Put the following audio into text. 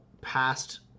past